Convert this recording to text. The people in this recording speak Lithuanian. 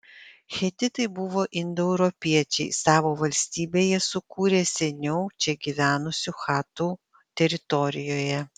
hetitai buvo indoeuropiečiai savo valstybę jie sukūrė seniau čia gyvenusių chatų teritorijoje